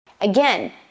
Again